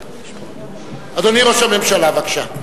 אדוני ראש הממשלה, בבקשה.